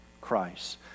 Christ